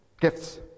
gifts